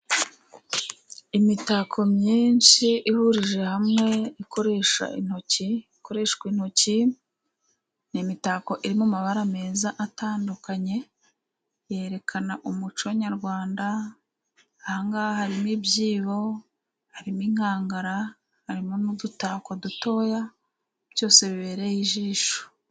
Imitako myinshi ihurije hamwe ikoresha intoki, ikoreshwa intoki, ni imitako iri mu mabara meza atandukanye, yerekana umuco nyarwanda, aha ngaha harimo ibyibo, harimo inkangara, harimo n'udutako dutoya, byose bibereye ijisho.